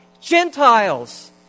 Gentiles